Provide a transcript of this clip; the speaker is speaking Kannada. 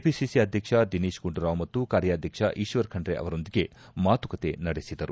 ಪಿಸಿಸಿ ಅಧ್ಯಕ್ಷ ದಿನೇಶ್ ಗುಂಡೂರಾವ್ ಮತ್ತು ಕಾರ್ಯಾಧಕ್ಷ ಈಶ್ವರ್ ಖಂಡ್ರೆ ಅವರೊಂದಿಗೆ ಮಾತುಕತೆ ನಡೆಸಿದರು